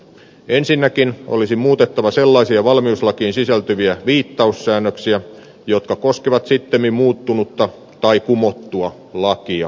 ensinnäkin olisi muutettava sellaisia valmiuslakiin sisältyviä viittaussäännöksiä jotka koskevat sittemmin muuttunutta tai kumottua lakia